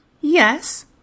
Yes